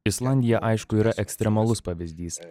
islandija aišku yra ekstremalus pavyzdys